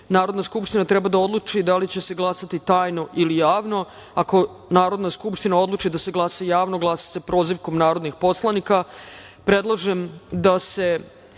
Narodna skupština treba da odluči da li će se glasati tajno ili javno. Ako Narodna skupština odluči da se glasa javno, glasa se prozivkom narodnih poslanika. Predlažem